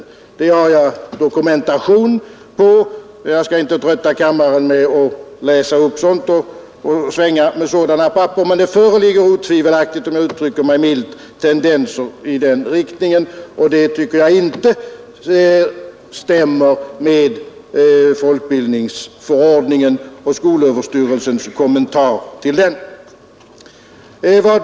Det har jag dokumentation på, men jag skall inte trötta kammaren med att läsa upp någonting. Om jag uttrycker mig milt, kan jag säga att det finns tendenser i den riktningen. Jag tycker inte att detta stämmer med folkbildningsförordningen och skolöverstyrelsens kommentarer till den.